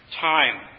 time